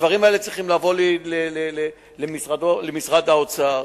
הדברים האלה צריכים לבוא למשרד האוצר.